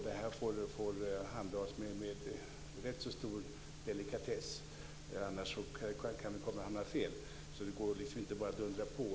Det här får handhas med rätt så stor delikatess. Annars kan vi hamna fel. Det går inte att bara dundra på.